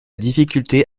difficulté